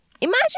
Imagine